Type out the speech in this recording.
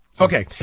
Okay